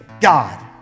God